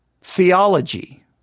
theology